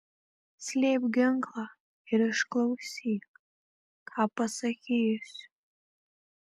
slėpk ginklą ir išklausyk ką pasakysiu